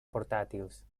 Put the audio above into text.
portàtils